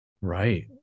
Right